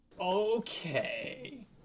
Okay